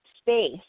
space